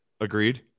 Agreed